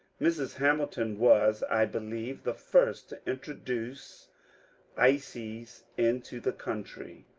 mrs hamilton was, i believe, the first to introduce ices into the country.